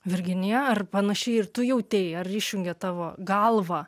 virginija ar panašiai ir tu jautei ar išjungė tavo galvą